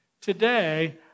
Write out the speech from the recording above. today